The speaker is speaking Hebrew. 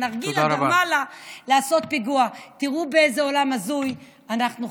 הנרגילה גרמה לה לעשות פיגוע, תודה רבה.